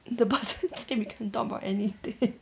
the person say we can talk about anything